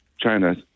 China